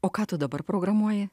o ką tu dabar programuoji